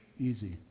easy